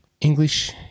English